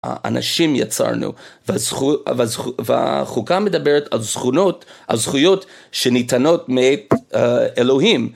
אנשים יצרנו והחוקה מדברת על זכויות שניתנות מאלוהים.